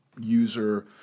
user